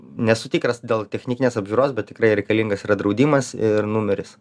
nesu tikras dėl technikinės apžiūros bet tikrai reikalingas yra draudimas ir numeris